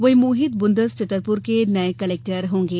वहीं मोहित बुंदस छतरपुर के नये कलेक्टर होंगे